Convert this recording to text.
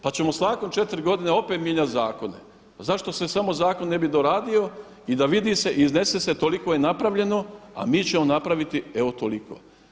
Pa ćemo svake četiri godine opet mijenjati zakone, a zašto se samo zakon ne bi doradio i da vidi se i iznese toliko je napravljeno, a mi ćemo napraviti evo toliko.